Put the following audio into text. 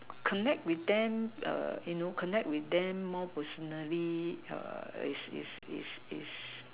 connect with them err you know connect with them more personally err is is is is